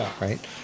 right